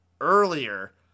earlier